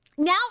Now